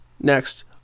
next